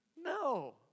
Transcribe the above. No